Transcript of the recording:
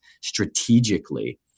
strategically